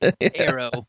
arrow